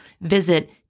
Visit